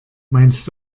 meinst